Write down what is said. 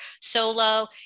solo